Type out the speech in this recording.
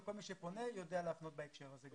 וכל מי שפונה יודע להפנות גם בהקשר הזה.